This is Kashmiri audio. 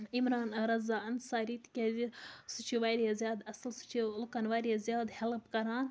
عمران رضا اَنصاری تِکیٛازِ سُہ چھِ واریاہ زیادٕ اَصٕل سُہ چھِ لُکَن واریاہ زیادٕ ہٮ۪لٕپ کَران